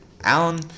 Alan